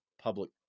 public